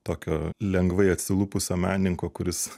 tokio lengvai atsilupusio menininko kuris